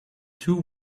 two